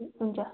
हुन्छ